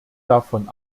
davon